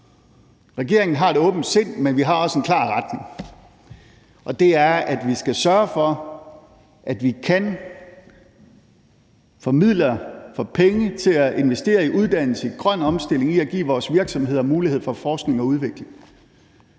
Regeringen har et åbent sind, men vi har også en klar retning, og det er, at vi skal sørge for, at vi kan få midler, få penge til at investere i uddannelse, i grøn omstilling, i at give vores virksomheder mulighed for forskning og udvikling,